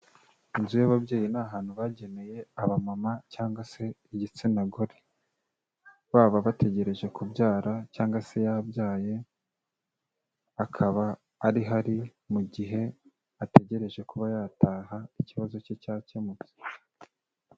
Inzu y'ababyeyi ni ahantu bageneye abamama cyangwa se igitsina gore, baba bategereje kubyara cyangwa se yabyaye, akaba ari ho ari mu gihe ategereje kuba yataha, ikibazo cye cyakemutse.